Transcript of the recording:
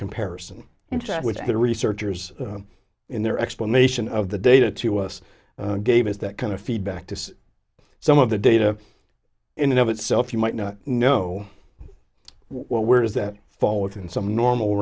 comparison interact with the researchers in their explanation of the data to us gave us that kind of feedback to some of the data in and of itself you might not know where does that fall within some normal